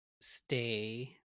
stay